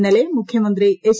ഇന്നലെ മുഖ്യമന്ത്രി എച്ച്